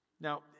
Now